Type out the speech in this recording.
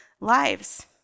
Lives